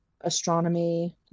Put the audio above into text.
astronomy